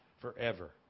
forever